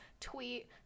tweet